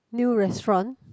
new restaurant